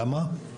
למה?